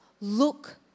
Look